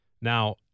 Now